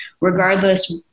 regardless